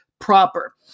Proper